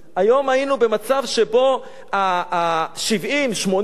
היום היינו במצב שבו 70,000 80,000,